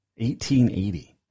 1880